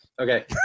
Okay